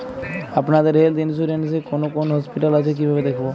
আপনাদের health insurance এ কোন কোন হসপিটাল আছে কিভাবে দেখবো?